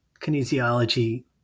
kinesiology